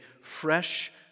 fresh